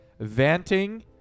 vanting